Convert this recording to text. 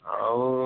ଆଉ